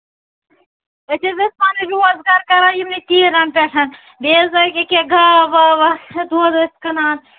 أسۍ حظ ٲسۍ پَنُن روزگار کران یِمنٕے تیٖرَن پٮ۪ٹھ بیٚیہِ حظ لٲگۍ یہِ کیٛاہ گاو واو دۄد ٲسۍ کٕنان